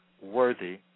worthy